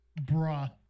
Bruh